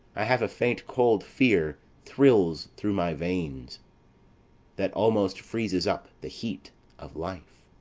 i have a faint cold fear thrills through my veins that almost freezes up the heat of life.